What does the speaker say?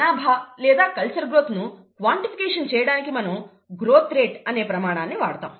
జనాభా లేదా culture growth ను క్వాన్టిఫికేషన్ చేయడానికి మనం గ్రోత్ రేట్ అనే ప్రమాణాన్ని వాడతాం